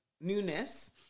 newness